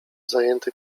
zajęty